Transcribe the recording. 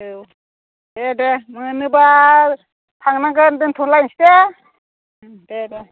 औ दे दे मोनोब्ला थांनांगोन दोन्थ'लायनोसै दे दे दे